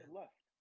left